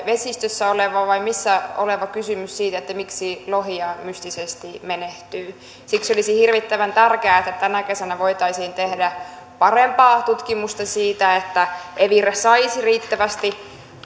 vesistössä oleva vai missä oleva syy siihen miksi lohia mystisesti menehtyy siksi olisi hirvittävän tärkeää että tänä kesänä voitaisiin tehdä parempaa tutkimusta siitä ja että evira saisi riittävästi